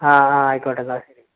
ആ ആ ആയിക്കോട്ടെ എന്നാൽ ശരി